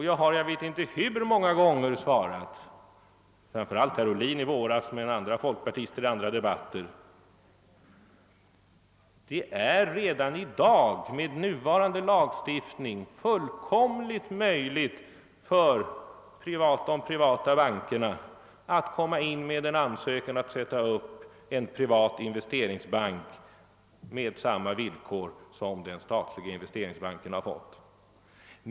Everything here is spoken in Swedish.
Jag vet inte hur många gånger jag har svarat framför allt herr Ohlin i våras men även andra folkpartister i tidigare debatter: Det är redan med nuvarande lagstiftning fullt möjligt för de privata bankerna att inkomma med en ansökan om att få sätta upp en privat investeringsbank med samma villkor som den statliga investeringsbanken har fått.